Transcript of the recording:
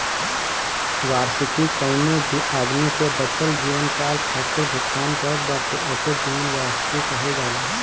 वार्षिकी कवनो भी आदमी के बचल जीवनकाल खातिर भुगतान करत बाटे ओके जीवन वार्षिकी कहल जाला